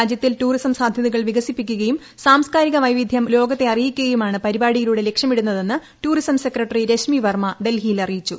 രാജ്യത്തിൽ ടൂറിസ്പ് സ്മാധ്യതകൾ വികസിപ്പിക്കുകയും സാംസ്കാരിക വൈവിധ്യുകൾ ലോകത്തെ അറിയിക്കുകയുമാണ് പരിപാടിയിലൂടെ ലക്ഷ്യിമിടുന്നതെന്ന് ടൂറിസം സെക്രട്ടറി രശ്മി വർമ്മ ഡൽഹിയിൽ അറിയിച്ചു